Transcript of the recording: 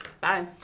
Bye